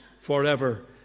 forever